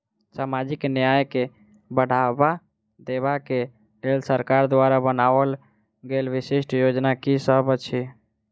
सामाजिक न्याय केँ बढ़ाबा देबा केँ लेल सरकार द्वारा बनावल गेल विशिष्ट योजना की सब अछि?